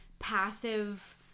passive